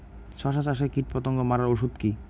শসা চাষে কীটপতঙ্গ মারার ওষুধ কি?